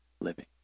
living